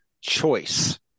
choice